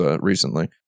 recently